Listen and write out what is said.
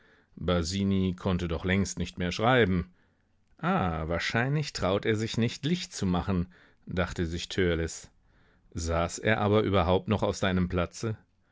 konnte doch längst nicht mehr schreiben ah wahrscheinlich traut er sich nicht licht zu machen dachte sich törleß saß er aber überhaupt noch auf seinem platze